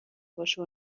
باشه